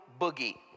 boogie